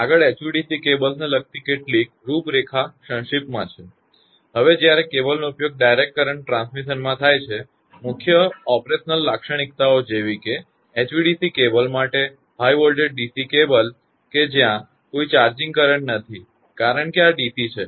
આગળ એચવીડીસી કેબલ્સને લગતી કેટલીક રૂપરેખા સંક્ષિપ્તમાં છે હવે જ્યારે કેબલનો ઉપયોગ ડાઇરેક્ટ કરંટ ટ્રાન્સમિશનમાં થાય છે મુખ્ય ઓપરેશનલ લાક્ષણિકતાઓ જેવીકે એચવીડીસી કેબલ માટે હાઇ વોલ્ટેજ ડીસી કેબલ કે જયાં કોઇ ચાર્જિંગ કરંટ નથી કારણ કે આ ડીસી છે